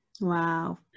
wow